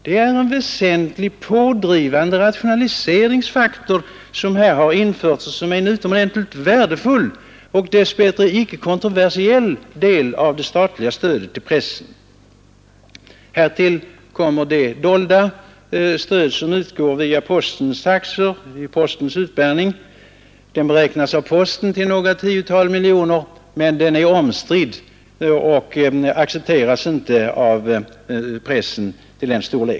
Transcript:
Det är en väsentlig pådrivande rationaliseringsfaktor som här har införts och som är en utomordentligt värdefull och dess bättre icke kontroversiell del av det statliga stödet till pressen. Härtill kommer det dolda stöd som utgår via postens taxor för utbärning. Det beräknas av posten till några tiotal miljoner, men siffran är omstridd och accepteras inte av pressen.